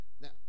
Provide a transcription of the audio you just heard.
Now